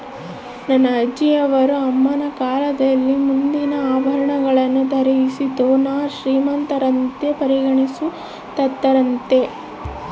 ನನ್ನ ಅಜ್ಜಿಯವರ ಅಮ್ಮನ ಕಾಲದಲ್ಲಿ ಮುತ್ತಿನ ಆಭರಣವನ್ನು ಧರಿಸಿದೋರ್ನ ಶ್ರೀಮಂತರಂತ ಪರಿಗಣಿಸುತ್ತಿದ್ದರಂತೆ